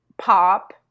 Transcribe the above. pop